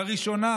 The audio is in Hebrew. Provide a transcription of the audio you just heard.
לראשונה